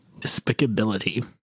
Despicability